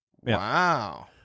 Wow